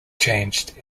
changed